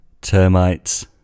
Termites